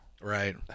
Right